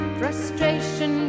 frustration